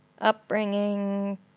upbringing